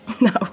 No